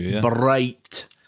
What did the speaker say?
bright